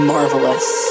Marvelous